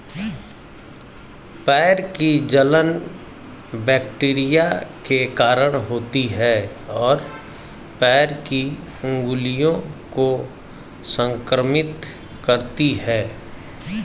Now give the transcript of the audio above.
पैर की जलन बैक्टीरिया के कारण होती है, और पैर की उंगलियों को संक्रमित करती है